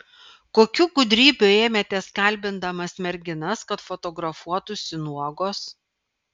kokių gudrybių ėmėtės kalbindamas merginas kad fotografuotųsi nuogos